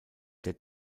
der